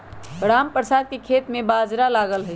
रामप्रसाद के खेत में बाजरा लगल हई